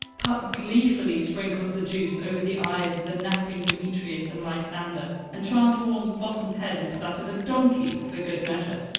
puck gleefully sprinkles the juice over the eyes of the napping demetrius and lysander, and transforms bottom's head into that of a donkey for good measure.